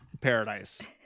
Paradise